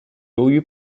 由于